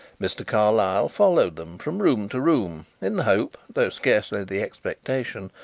mr. carlyle followed them from room to room in the hope, though scarcely the expectation,